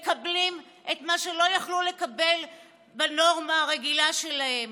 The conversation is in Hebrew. מקבלים את מה שלא יכלו לקבל בנורמה הרגילה שלהם.